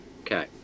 Okay